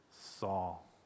Saul